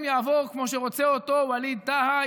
אם יעבור כמו שרוצה אותו ווליד טאהא,